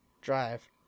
drive